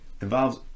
involves